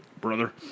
Brother